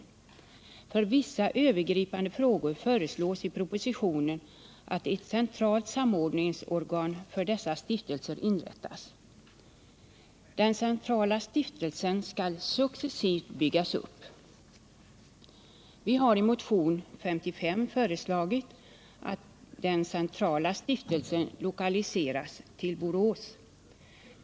Med hänsyn till vissa övergripande frågor föreslås att ett centralt samordningsorgan för dessa stiftelser inrättas. Den centrala stiftelsen skall successivt byggas upp. Vi har i motion 55 föreslagit att denna centrala stiftelse lokaliseras till Borås.